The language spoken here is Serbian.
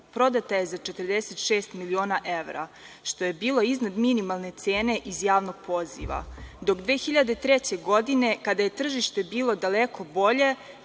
prodata je za 46 miliona evra, što je bilo iznad minimalne cene iz javnog poziva, dok 2003. godine, kada je tržište bilo daleko bolje,